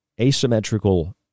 asymmetrical